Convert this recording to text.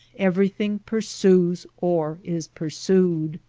every thing pursues or is pursued.